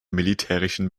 militärischen